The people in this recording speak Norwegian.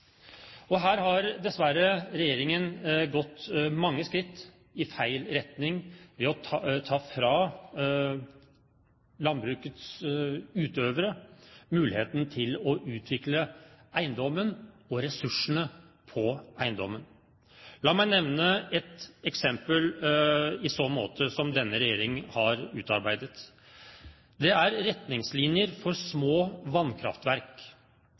og næringen. Her har dessverre regjeringen gått mange skritt i feil retning ved å ta fra landbrukets utøvere muligheten til å utvikle ressursene på eiendommen. La meg nevne et eksempel i så måte på hva denne regjeringen har utarbeidet. Det er Retningslinjer for små vannkraftverk.